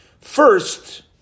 First